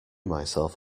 myself